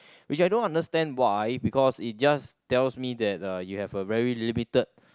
which I don't understand why because it just tells me that uh you have a very limited